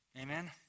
Amen